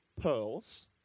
pearls